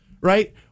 Right